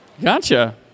Gotcha